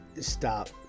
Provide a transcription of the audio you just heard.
Stop